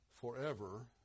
forever